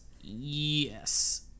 Yes